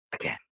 again